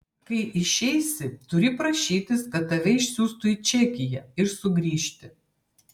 kai išeisi turi prašytis kad tave išsiųstų į čekiją ir sugrįžti